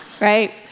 Right